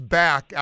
back